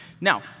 Now